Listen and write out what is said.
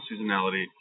seasonality